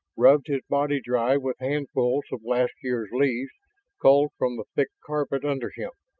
rubbed his body dry with handfuls of last year's leaves culled from the thick carpet under him,